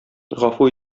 гафу